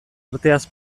arteaz